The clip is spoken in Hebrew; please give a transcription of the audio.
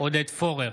עודד פורר,